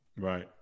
Right